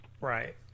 Right